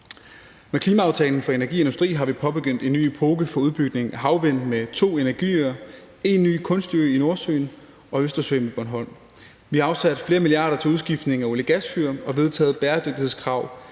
Med klimaaftalen for energi og industri har vi påbegyndt en ny epoke for udbygning af havvind med to energiøer – en ny kunstig ø i Nordsøen og i Østersøen på Bornholm. Vi har afsat flere milliarder til udskiftning af olie- og gasfyr og vedtaget bæredygtighedskrav